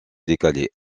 décalé